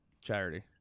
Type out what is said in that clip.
charity